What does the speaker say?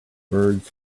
birds